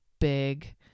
big